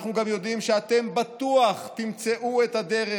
אנחנו גם יודעים שאתם בטוח תמצאו את הדרך